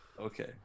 Okay